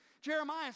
Jeremiah